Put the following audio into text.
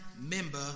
member